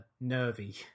nervy